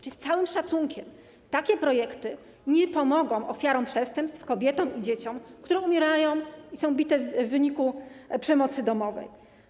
Z całym szacunkiem, takie projekty nie pomogą ofiarom przestępstw, kobietom i dzieciom, które umierają i są bite w wyniku przemocy domowej.